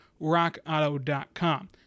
RockAuto.com